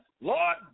Lord